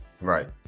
Right